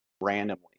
randomly